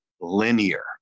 linear